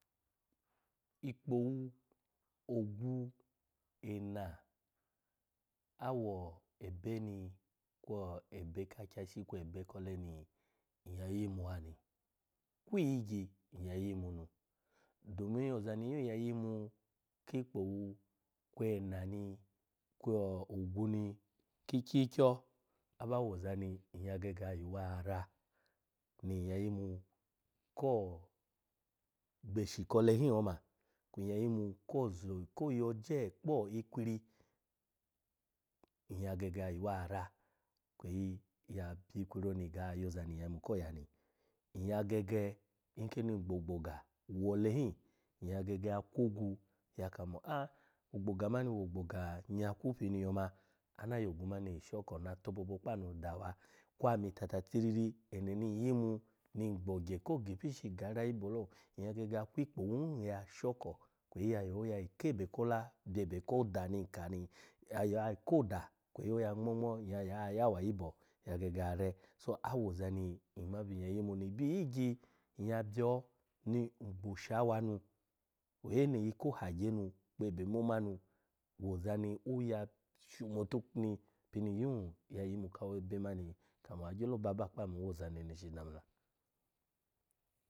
Ikpowu, ogwu ena awo ebeni kwo ebe ka akyashi kwe ebe ko ole ni nyya yimu a ni. Kwi iyigyi nyya yimu, nu, domin ozani nyya yimu ki ikpowu kwe ena ni kwo ogwu ni ki ikyi kyo aba wozani nyya gege ayuwa rani nyya yimu ko gbeshi kole hin oma kwun nyya yimu ko zo ko yoje kpi ikwiri nyya gege ayuwa ra kweyi ya pyi ikwiri oni ga yoza ni nyya yimu ko ya ni, nyya gege nkini ngbo ogboga wo ole hin, nyya gege ya kwo ogwu ya kamo a-ogboga mani wo ogboga nyaka pini yoma ana yo ogwu mani shoko na tobobo kpa anu dawa kwa ami tata tiriri ene ni nyyimu ni ngbo ogye ko gi ipishi ga rayibwo lo, gege ya kwi ikpowu hin ya shoko kweyi ya yo yi kebe kola bye ebe ko oda ni nka ni ya yo akoda kweyi ya ngmo-ngmo yayo awayibo nyya gege ya re. So awoza ni nma byun nyya yimu in. Byi iyigyi, nyya byo ni ngba ashawa nu oyene yi ko hagye nu kwe ebe moma nu wozani oya shumitu ni pini yun ya yima kawebe mani agyelo baba owoza neshi dami la.